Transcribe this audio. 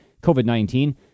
COVID-19